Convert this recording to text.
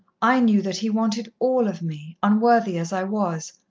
i knew that he wanted all of me, unworthy as i was.